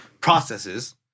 processes